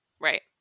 Right